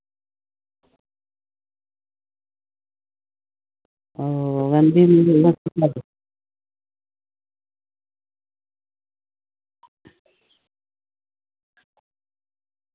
ᱚ ᱢᱮᱱᱫᱤᱧ